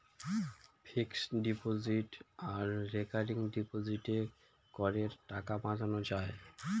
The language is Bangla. ফিক্সড ডিপোজিট আর রেকারিং ডিপোজিটে করের টাকা বাঁচানো যায়